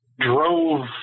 Drove